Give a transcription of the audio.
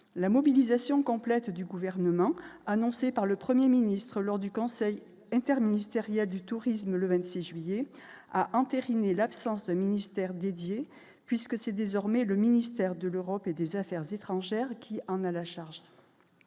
la mobilisation complète du gouvernement annoncé par le 1er ministre lors du conseil interministériel du tourisme le 26 juillet à entériner l'absence d'un ministère dédié puisque c'est désormais le ministère de l'Europe et des affaires étrangères qui en a la charge,